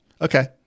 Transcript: okay